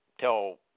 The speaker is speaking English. tell